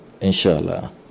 inshallah